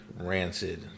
rancid